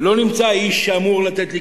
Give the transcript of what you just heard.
ולא נמצא האיש שאמור לתת לי,